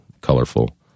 colorful